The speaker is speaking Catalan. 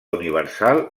universal